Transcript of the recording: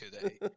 today